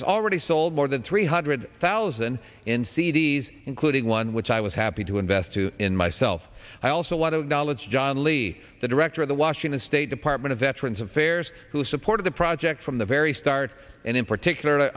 it's already sold more than three hundred thousand in c d s including one which i was happy to invest in myself i also want to knowledge john lee the director of the washington state department of veterans affairs who supported the project from the very start and in particular